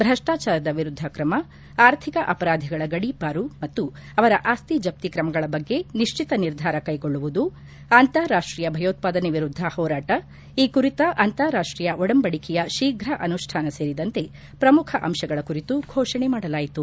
ಭ್ರಷ್ಲಾಚಾರದ ವಿರುದ್ದ ಕ್ರಮ ಆರ್ಥಿಕ ಅಪರಾಧಿಗಳ ಗಡೀಪಾರು ಮತ್ತು ಅವರ ಆಸ್ತಿ ಜಪ್ತಿ ಕ್ರಮಗಳ ಬಗ್ಗೆ ನಿಶ್ಚಿತ ನಿರ್ಧಾರ ಕೈಗೊಳ್ಳುವುದು ಅಂತಾರಾಷ್ಟೀಯ ಭಯೋತ್ಪಾದನೆ ವಿರುದ್ದ ಹೋರಾಟ ಈ ಕುರಿತ ಅಂತಾರಾಷ್ಷೀಯ ಒಡಂಬಡಿಕೆಯ ಶೀಘ ಅನುಷ್ಠಾನ ಸೇರಿದಂತೆ ಪ್ರಮುಖ ಅಂತಗಳ ಕುರಿತು ಘೋಷಣೆ ಮಾಡಲಾಯಿತು